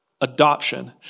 adoption